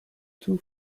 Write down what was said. too